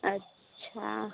अच्छा